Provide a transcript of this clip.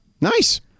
Nice